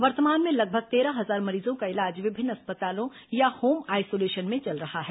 वर्तमान में लगभग तेरह हजार मरीजों का इलाज विभिन्न अस्पतालों या होम आइसोलेशन में चल रहा है